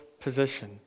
position